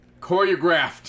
Choreographed